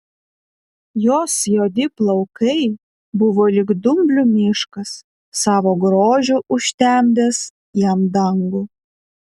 jos juodi plaukai buvo lyg dumblių miškas savo grožiu užtemdęs jam dangų